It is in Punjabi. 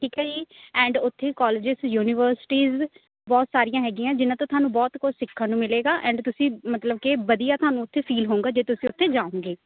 ਠੀਕ ਹੈ ਜੀ ਐਂਡ ਉੱਥੇ ਕੋਲਜਿਸ ਯੂਨੀਵਰਸਿਟੀਜ਼ ਬਹੁਤ ਸਾਰੀਆਂ ਹੈਗੀਆਂ ਜਿਹਨਾਂ ਤੋਂ ਤੁਹਾਨੂੰ ਬਹੁਤ ਕੁਛ ਸਿੱਖਣ ਨੂੰ ਮਿਲੇਗਾ ਐਂਡ ਤੁਸੀਂ ਮਤਲਬ ਕਿ ਵਧੀਆ ਤੁਹਾਨੂੰ ਉੱਥੇ ਫੀਲ ਹੋਊਂਗਾ ਜੇ ਤੁਸੀਂ ਉੱਥੇ ਜਾਉਂਗੇ